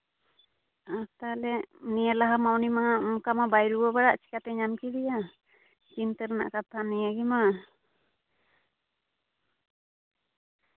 ᱟᱨ ᱛᱟᱦᱞᱮ ᱱᱤᱭᱟᱹ ᱞᱟᱦᱟ ᱢᱟ ᱩᱱᱤ ᱢᱟ ᱚᱱᱠᱟ ᱢᱟ ᱵᱟᱭ ᱨᱩᱣᱟᱹ ᱵᱟᱲᱟᱜ ᱪᱮᱠᱟᱛᱮ ᱧᱟᱢ ᱠᱮᱫᱟᱭᱟ ᱪᱤᱱᱛᱟᱹ ᱨᱮᱱᱟᱜ ᱠᱟᱛᱷᱟ ᱱᱤᱭᱟᱹ ᱜᱮᱢᱟ